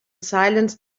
silence